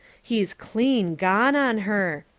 he's clean gone on her.